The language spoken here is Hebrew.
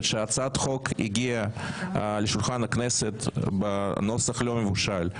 שהצעת החוק הגיעה לשולחן הכנסת בנוסח לא מבושל,